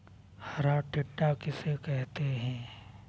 हरा टिड्डा किसे कहते हैं?